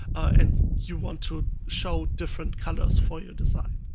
and you want to show different colors for your design.